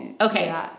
Okay